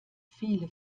viele